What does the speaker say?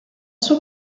sua